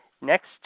next